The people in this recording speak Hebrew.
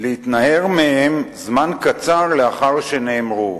להתנער מהם זמן קצר לאחר שנאמרו.